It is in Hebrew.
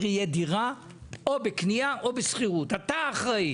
יזם זכה בקרקע באוגוסט --- הוא לא יבנה.